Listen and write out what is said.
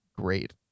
great